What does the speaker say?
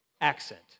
accent